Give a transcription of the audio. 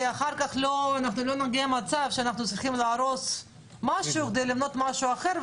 כדי שאחר כך לא נגיע למצב שאנחנו צריכים להרוס משהו כדי לבנות משהו אחר,